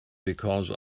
because